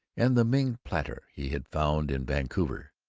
and the ming platter he had found in vancouver.